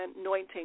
anointing